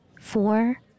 Four